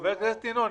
חבר הכנסת ינון,